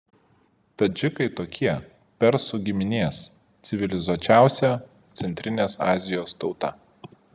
tadžikai tokie persų giminės civilizuočiausia centrinės azijos tauta